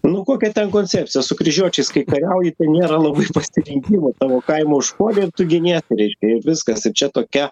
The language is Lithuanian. nu kokia ten koncepcija su kryžiuočiais kai kariauji tai nėra labai pasirinkimo tavo kaimą užpuolė ir tu giniesi reiškia ir viskas ir čia tokia